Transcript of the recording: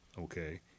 okay